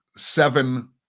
Seven